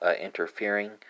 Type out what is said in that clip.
interfering